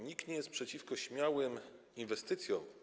Nikt nie jest przeciwko śmiałym inwestycjom.